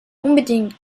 unbedingt